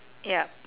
ya